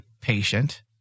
patient